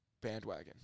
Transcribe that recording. bandwagon